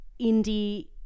indie